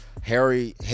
Harry